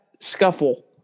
scuffle